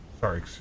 Sorry